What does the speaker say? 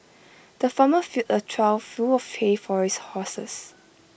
the farmer filled A trough full of hay for his horses